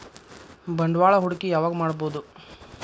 ಬಂಡವಾಳ ಹೂಡಕಿ ಯಾವಾಗ್ ಮಾಡ್ಬಹುದು?